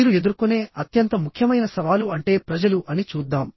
మీరు ఎదుర్కొనే అత్యంత ముఖ్యమైన సవాలు అంటే ప్రజలు అని చూద్దాం